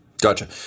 Gotcha